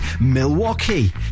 Milwaukee